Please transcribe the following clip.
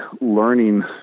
learning